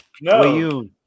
No